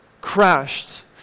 crashed